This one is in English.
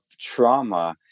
trauma